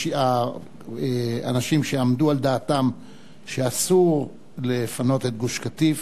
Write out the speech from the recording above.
והאנשים שעמדו על דעתם שאסור לפנות את גוש-קטיף